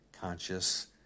conscious